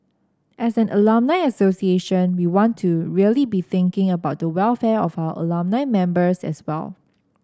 as an alumni association we want to really be thinking about the welfare of our alumni members as well